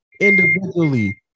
individually